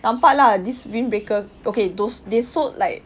nampak lah this windbreaker okay those they sold like